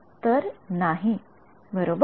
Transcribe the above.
तर नाही बरोबर